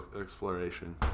exploration